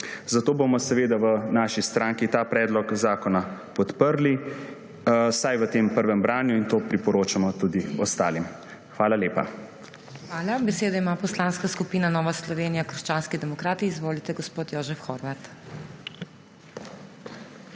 Zato bomo seveda v naši stranki ta predlog zakona podprli vsaj v tem prvem branju in to priporočamo tudi ostalim. Hvala lepa. **PODPREDSEDNICA MAG. MEIRA HOT:** Hvala. Besedo ima Poslanska skupina Nova Slovenija – krščanski demokrati. Izvolite, gospod Jožef Horvat.